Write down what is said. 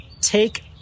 take